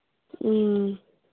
ꯎꯝ